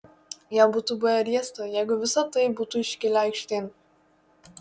jam būtų buvę riesta jeigu visa tai būtų iškilę aikštėn